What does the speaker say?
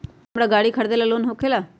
का हमरा गारी खरीदेला लोन होकेला?